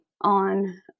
on